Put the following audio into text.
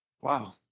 Wow